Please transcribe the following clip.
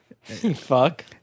Fuck